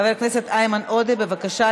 חבר הכנסת איימן עודה, בבקשה.